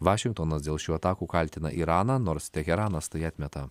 vašingtonas dėl šių atakų kaltina iraną nors teheranas tai atmeta